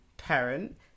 parent